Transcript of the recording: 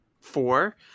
four